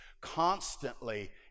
constantly